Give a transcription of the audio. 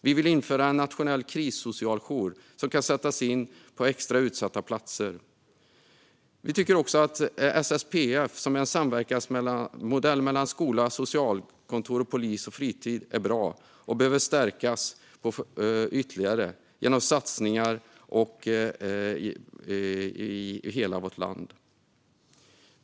Vi vill införa en nationell krissocialjour som kan sättas in på extra utsatta platser. Vi tycker också att SSPF, som är en samverkansmodell mellan skola, socialkontor, polis och fritid, är bra och behöver stärkas ytterligare genom satsningar i hela vårt land.